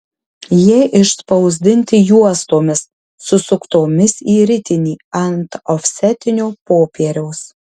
jie išspausdinti juostomis susuktomis į ritinį ant ofsetinio popieriaus